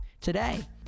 today